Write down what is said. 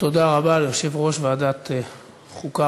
תודה רבה ליושב-ראש ועדת החוקה,